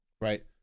right